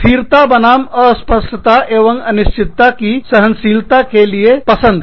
स्थिरता बनाम अस्पष्टता एवं अनिश्चितता की सहनशीलता के लिए पसंद